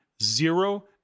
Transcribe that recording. zero